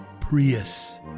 Prius